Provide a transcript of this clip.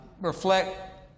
reflect